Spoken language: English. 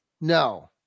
No